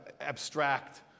abstract